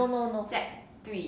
no no no